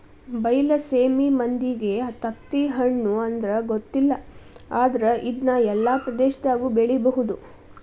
ಬೈಲಸೇಮಿ ಮಂದಿಗೆ ತತ್ತಿಹಣ್ಣು ಅಂದ್ರ ಗೊತ್ತಿಲ್ಲ ಆದ್ರ ಇದ್ನಾ ಎಲ್ಲಾ ಪ್ರದೇಶದಾಗು ಬೆಳಿಬಹುದ